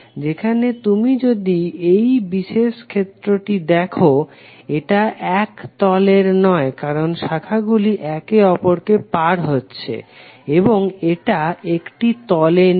যেখানে তুমি যদি এই বিশেষ ক্ষেত্রটি দেখো এটা এক তলের নয় কারণ শাখাগুলি একে অপরকে পার হচ্ছে এবং এটা একটি তলে নেই